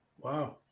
Wow